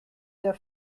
der